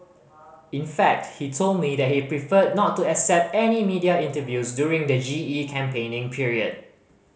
in fact he told me that he preferred not to accept any media interviews during the G E campaigning period